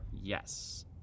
yes